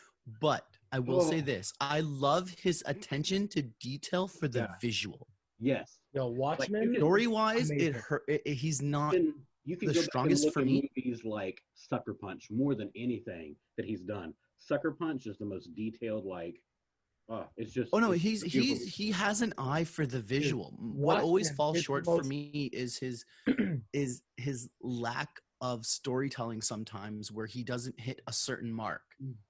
But I will Oh. say this, I love his attention to detail for the Yeah. visual. Yes. Yo, Watchmen Like, it- Story-wise, it is amazing. hur- it- it- he's not You can- you can the go back and strongest look for at me. movies like Sucker Punch more than anything that he's done. Sucker Punch is the most detailed, like, oh, it's just- Oh, no, it's he's- beautiful. he's- he has an eye for the Dude, visual. M- what always Watchmen falls is the short for most- me is his- is his lack of storytelling sometimes where he doesn't hit a certain mark. Mm.